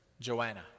Joanna